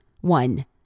one